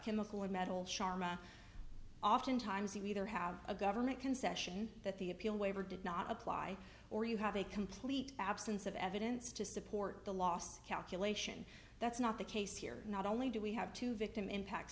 chemical or metal sharma oftentimes you either have a government concession that the appeal waiver did not apply or you have a complete absence of evidence to support the last calculation that's not the case here not only do we have to victim impact